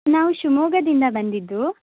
ನಾವು ಶಿವಮೊಗ್ಗದಿಂದ ಬಂದಿದ್ದು